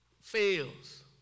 fails